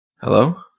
Hello